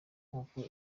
nk’uko